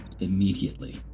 immediately